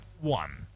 one